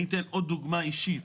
אני אתן עוד דוגמה אישית,